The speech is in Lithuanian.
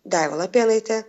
daiva lapėnaitė